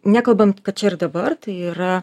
nekalbam kad čia ir dabar tai yra